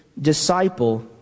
disciple